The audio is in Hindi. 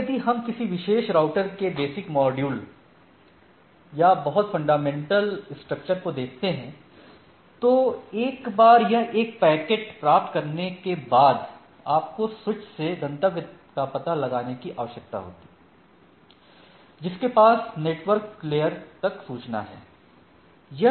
अब यदि हम किसी विशेष राउटर के बेसिक मॉड्यूल या बहुत फंडामेंटल स्ट्रक्चर को देखते हैं तो एक बार यह एक पैकेट प्राप्त करने के बाद आपको स्विच से गंतव्य का पता निकालने की आवश्यकता होती है जिसके पास नेटवर्क लेयर तक सूचना है